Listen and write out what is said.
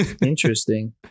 Interesting